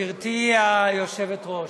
גברתי היושבת-ראש,